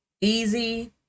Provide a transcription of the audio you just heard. easy